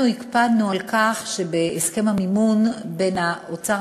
אנחנו הקפדנו על כך שבהסכם המימון בין משרד האוצר,